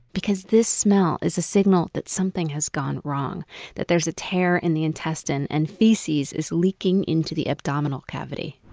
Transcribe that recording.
because this smell is a signal that something has gone wrong that there's a tear in the intestine and feces is leaking into the abdominal cavity.